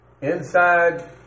inside